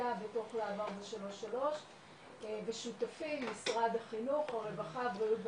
יחידה בתוך להב 433 ושותפים משרד החינוך הרווחה הבריאות והמשפטים,